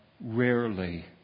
rarely